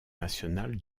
nationale